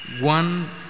One